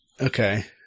Okay